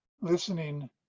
listening